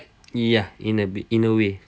ya in a in a way